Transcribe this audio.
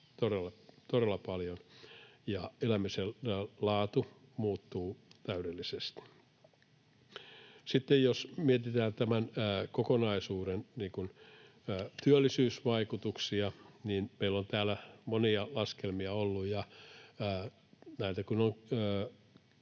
todella paljon, ja elämisen laatu muuttuu täydellisesti. Sitten jos mietitään tämän kokonaisuuden työllisyysvaikutuksia, niin meillä on täällä monia laskelmia ollut, ja kun